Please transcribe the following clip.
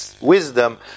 wisdom